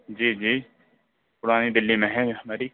جی جی پُرانی دِلّی میں ہے ہماری